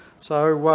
so,